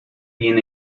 bien